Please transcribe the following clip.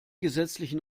gesetzlichen